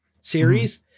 series